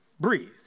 breathe